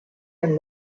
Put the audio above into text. and